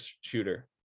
shooter